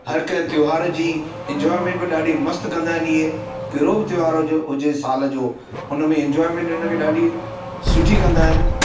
हर कंहिं त्योहार जी इंजॉयमेंट बि ॾाढी मस्तु कंदा आहिनि इहे कहिड़ो बि त्योहार हुजे हुजे साल जो हुन में इंजॉयमेंट हिन खे ॾाढी सुठी कंदा आहिनि